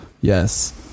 Yes